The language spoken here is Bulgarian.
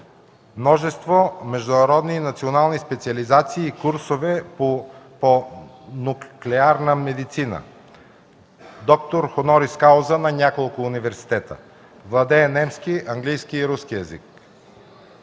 множество международни и национални специализации и курсове по нуклеарна медицина; Доктор хонорис кауза е на няколко университета. Владее немски, английски и руски езици.